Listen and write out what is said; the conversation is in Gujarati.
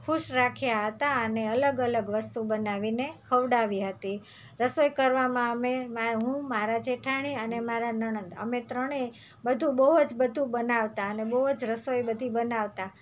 ખુશ રાખ્યા હતા અને અલગ અલગ વસ્તુ બનાવીને ખવડાવી હતી રસોઈ કરવામાં અમે હું મારાં જેઠાણી અને મારાં નણંદ અમે ત્રણેય બધું બહુ જ બધું બનાવતાં અને બહુ જ રસોઈ બધી બનાવતા